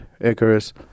Icarus